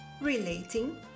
relating